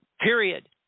period